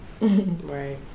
right